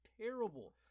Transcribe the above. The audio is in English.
terrible